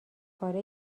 پاره